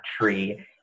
tree